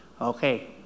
Okay